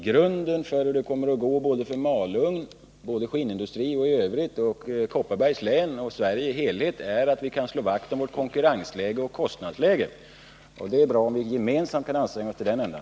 Grundläggande för hur det kommer att gå för såväl Malungs skinnindustri som för Kopparbergs län och Sverige i dess helhet är att vi kan slå vakt om vårt konkurrensoch kostnadsläge. Det vore bra om vi gemensamt kunde anstränga oss till den ändan.